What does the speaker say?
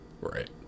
right